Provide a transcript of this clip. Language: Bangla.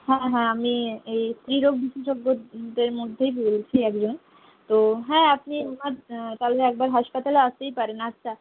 হ্যাঁ হ্যাঁ আমি এই স্ত্রীরোগ বিশেষজ্ঞদের মধ্যেই বলছি একজন তো হ্যাঁ আপনি পারলে একবার হাসপাতালে আসতেই পারেন আচ্ছা